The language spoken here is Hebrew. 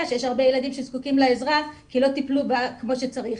שיש הרבה ילדים שזקוקים לעזרה כי לא טיפלו כמו שצריך.